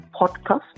podcast